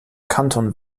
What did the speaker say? kanton